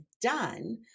done